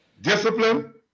Discipline